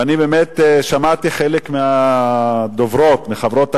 ואני באמת שמעתי חלק מהדוברות, מחברות הכנסת,